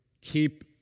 keep